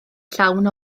llawn